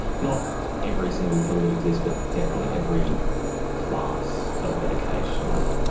not every single pill that exists but definitely every class of medication.